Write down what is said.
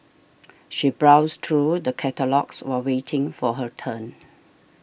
she browsed through the catalogues while waiting for her turn